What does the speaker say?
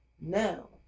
Now